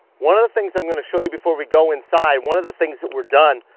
one of the things i'm gonna show you before we go inside, one of the things that we're done,